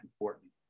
important